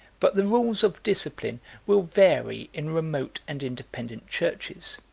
but the rules of discipline will vary in remote and independent churches